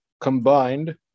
combined